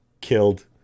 killed